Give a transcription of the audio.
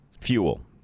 fuel